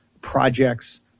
projects